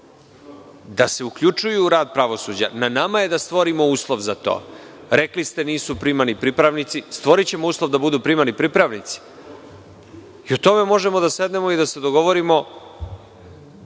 da se uključuju u rad pravosuđa? Na nama je da stvorimo uslov za to. Rekli ste – nisu primani pripravnici. Stvorićemo uslov da budu primani pripravnici i o tome možemo da sednemo i da se dogovorimo,